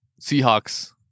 Seahawks